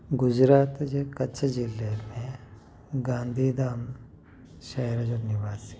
गुजरात जे कच्छ जिले में गांधीधाम शेहर जो निवासी आहियां